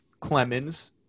Clemens